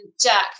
Jack